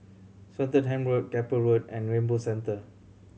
Swettenham Road Keppel Road and Rainbow Centre